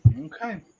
okay